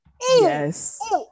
Yes